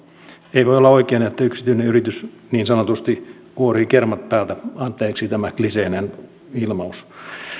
ei voi olla oikein että yksityinen yritys niin sanotusti kuorii kermat päältä anteeksi tämä kliseinen ilmaus